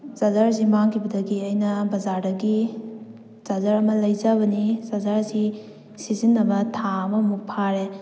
charger ꯑꯁꯤ ꯃꯥꯡꯈꯤꯕꯗꯒꯤ ꯑꯩꯅ ꯕꯖꯥꯔꯗꯒꯤ ꯆꯥꯖꯔ ꯑꯃ ꯂꯩꯖꯕꯅꯤ ꯆꯥꯖꯔ ꯑꯁꯤ ꯁꯤꯖꯤꯟꯅꯕ ꯊꯥ ꯑꯃꯃꯨꯛ ꯐꯥꯔꯦ